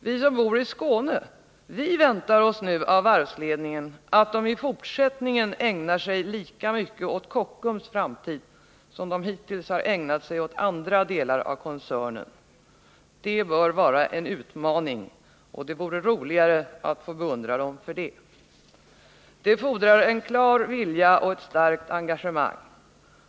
Vi som bor i Skåne väntar oss nu att varvsledningen i fortsättningen ägnar sig lika mycket åt Kockums framtid som man hittills ägnat sig åt andra delar av koncernen. Det bör vara en utmaning, och det vore roligare att få beundra ledningen för det. Det fordrar en klar vilja och ett starkt engagemang.